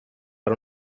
per